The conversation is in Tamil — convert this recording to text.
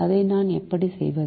அதை நான் எப்படி செய்வது